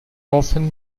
often